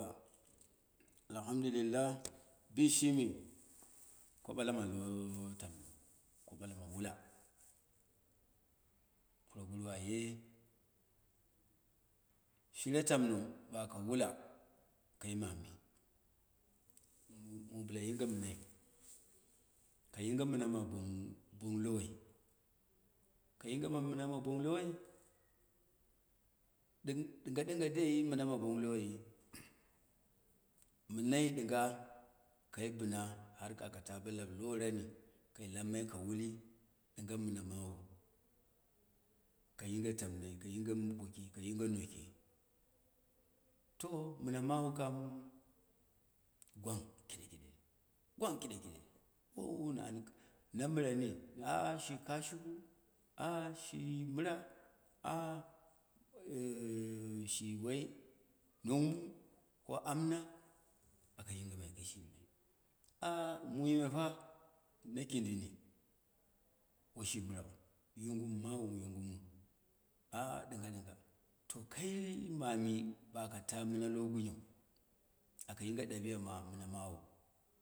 Alahamdillah, bishimi ko ɓalama lo- tomno ko balama wula puro guru aye shire tono baka wula, kai mani mu mu bɨla yinge mɨnai, ka yinge mɨna bona, bong lowoi, ka yinge mɨn ma bong lowoi, ɗing ɗɨnga dei mɨna bong bwayi mɨnai ɗinga, kai bɨna har akata bolap lorani, kai ləmmai ka wuli ɗinga mɨna manu, kayinge tomnoi ka yinge boki kayinge noki. To, mɨna mawu kam, gwang kide kiɗe, gwang kiɗe kide, wo wun auko, na mɨrani shi kashiku shi mɨra shi wa nong mu, ko amna aka yingɨ mai kishimi mumefa na kindini, woshi mirau yum mawu yugumu, ɗinga ɗinga to kai mani baka ta mɨna lo gunyo, aka yinge ɗabiya ma miya mawu